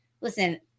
listen